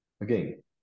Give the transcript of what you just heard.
Again